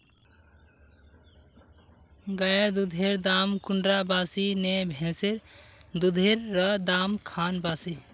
गायेर दुधेर दाम कुंडा बासी ने भैंसेर दुधेर र दाम खान बासी?